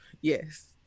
Yes